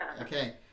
Okay